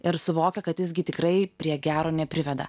ir suvokia kad jis gi tikrai prie gero nepriveda